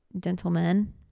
gentlemen